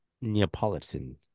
Neapolitan